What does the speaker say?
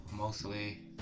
Mostly